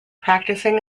practicing